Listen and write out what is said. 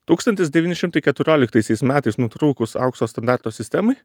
tūkstantis devyni šimtai keturiolikaisiais metais nutrūkus aukso standarto sistemai